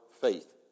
faith